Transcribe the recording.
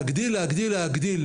להגדיל, להגדיל, להגדיל.